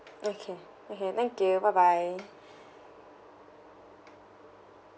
okay okay thank you bye bye